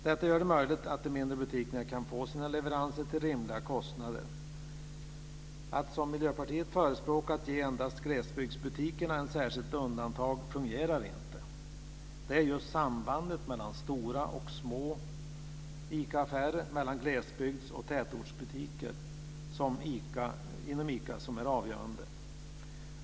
Detta gör det möjligt för de mindre butikerna att få sina leveranser till rimliga kostnader. Att som Miljöpartiet förespråkar ge endast glesbygdsbutikerna ett särskilt undantag fungerar inte. Det är just sambandet mellan stora och små ICA-affärer, och mellan glesbygds och tätortsbutiker inom ICA som är avgörande.